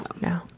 No